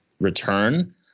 return